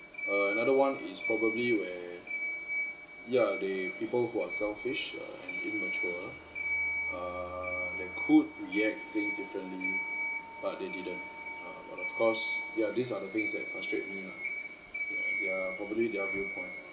uh another one is probably where yeah they people who are selfish uh immature err they could react things differently but they didn't uh but of course ya these are the things that frustrates me lah their probably their viewpoint